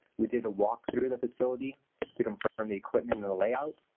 we did a walk-through of the facility to confirm the equipment and the layout.